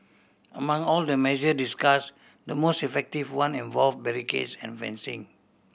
among all the measure discuss the most effective one involve barricades and fencing